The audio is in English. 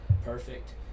perfect